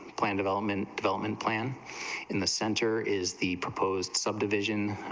plan development development plan in the center is the proposed subdivision,